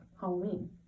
Halloween